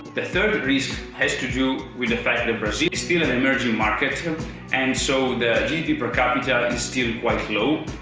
the third risk has to do with the fact that brazil is still an emerging market and so the gdp per capita is still quite low,